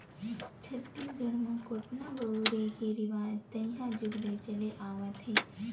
छत्तीसगढ़ म कोटना बउरे के रिवाज तइहा जुग ले चले आवत हे